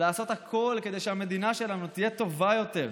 לעשות הכול כדי שהמדינה שלנו תהיה טובה יותר.